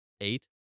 eight